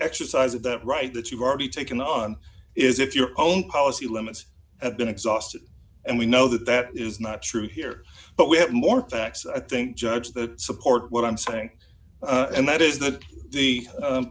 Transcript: exercise of that right that you've already taken on is if your own policy limits have been exhausted and we know that that is not true here but we have more facts i think judge the support what i'm saying and that is that the